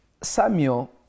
Samuel